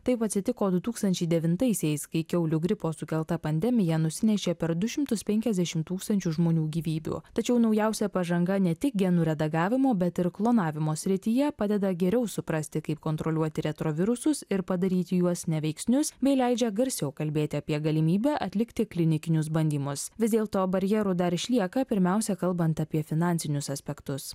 taip atsitiko du tūkstančiai devintaisiais kai kiaulių gripo sukelta pandemija nusinešė per du šimtus penkiasdešim tūkstančių žmonių gyvybių tačiau naujausia pažanga ne tik genų redagavimo bet ir klonavimo srityje padeda geriau suprasti kaip kontroliuoti retrovirusus ir padaryti juos neveiksnius bei leidžia garsiau kalbėti apie galimybę atlikti klinikinius bandymus vis dėlto barjerų dar išlieka pirmiausia kalbant apie finansinius aspektus